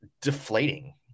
deflating